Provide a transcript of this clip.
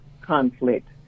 conflict